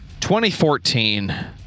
2014